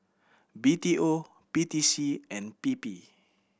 B T O P T C and P P